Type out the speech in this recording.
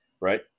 right